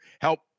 Help